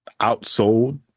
outsold